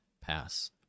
pass